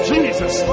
Jesus